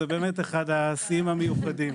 זה באמת אחד השיאים המיוחדים.